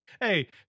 Hey